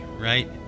right